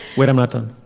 wait i'm not done.